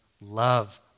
love